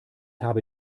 habe